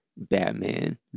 batman